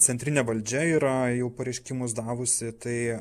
centrinė valdžia yra jau pareiškimus davusi tai